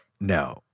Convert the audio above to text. no